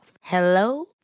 Hello